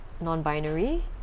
non-binary